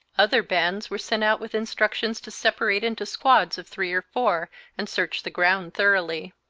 other bands were sent out with instructions to separate into squads of three or four and search the ground thoroughly.